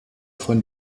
von